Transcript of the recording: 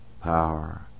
power